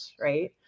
right